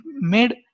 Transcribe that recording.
made